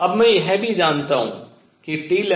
अब मैं यह भी जानता हूँ कि Tλconstant